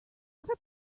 ever